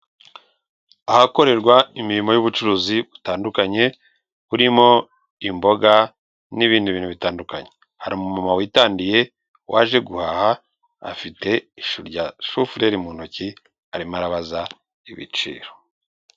Ahakorerwa imirimo y'ubucuruzi butandukanye, burimo imboga n'ibindi bintu bitandukanye, hari umuntu witandiye waje guhaha, afite ishu rya shufuleri mu ntoki, arimo arabaza ibiciro.